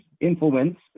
influence